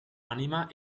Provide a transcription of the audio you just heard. anima